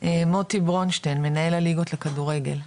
מוטי ברונשטיין, מנהל הליגות לכדורגל.